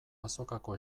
azokako